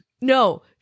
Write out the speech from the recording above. no